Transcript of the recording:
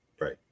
Right